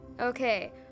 Okay